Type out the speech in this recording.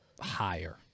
higher